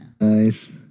nice